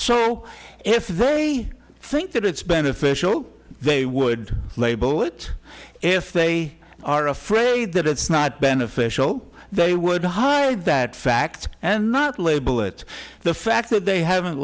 so if they think that it's beneficial they would label it if they are afraid that it's not beneficial they would hide that fact and not label it the fact that they haven't